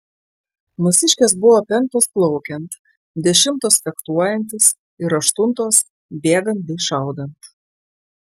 mūsiškės buvo penktos plaukiant dešimtos fechtuojantis ir aštuntos bėgant bei šaudant